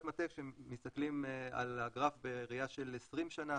מטעה כשמסתכלים על הגרף בראייה של 20 שנה,